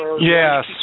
Yes